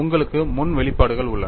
உங்களுக்கு முன் வெளிப்பாடுகள் உள்ளன